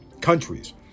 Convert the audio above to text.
countries